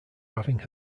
having